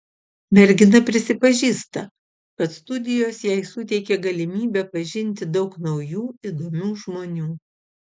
mergina prisipažįsta kad studijos jai suteikė galimybę pažinti daug naujų įdomių žmonių